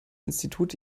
institut